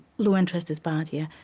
low interest is bad, yeah.